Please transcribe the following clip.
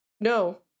No